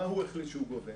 החליט שהוא גובה,